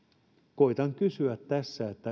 koitan kysyä tässä